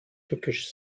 tückisch